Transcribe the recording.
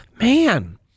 man